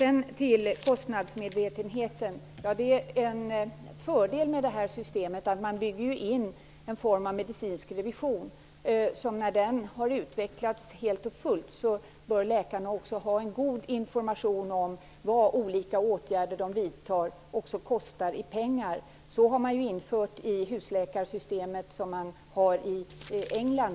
Så till frågan om kostnadsmedvetenheten. En fördel med det här systemet är att en form av medicinsk revision byggs in. När denna har utvecklats helt och fullt bör läkaren ha god information om vad de olika åtgärder som vidtas kostar i pengar. Så har det varit med husläkarsystemet i t.ex. England.